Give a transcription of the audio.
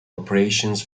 operations